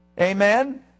Amen